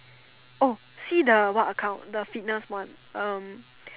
oh see the what account the fitness one um